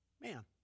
man